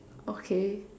okay